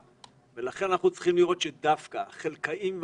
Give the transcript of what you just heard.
לכן אנחנו צריכים לראות שדווקא החלכאים,